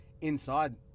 inside